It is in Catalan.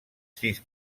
sis